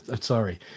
Sorry